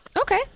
Okay